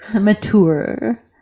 mature